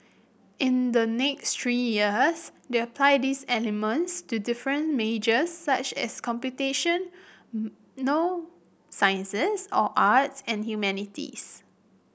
in the next three years they apply these elements to different majors such as computation sciences or arts and humanities